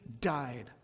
died